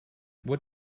what